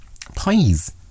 Please